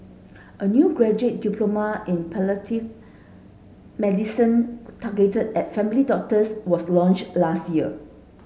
a new graduate diploma in palliative medicine targeted at family doctors was launched last year